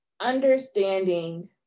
understanding